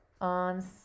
on